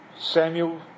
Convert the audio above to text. Samuel